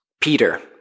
Peter